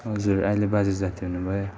हजुर अहिले बाजे जाती हुनु भयो